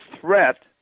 threat